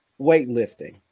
weightlifting